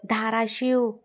Dharashiv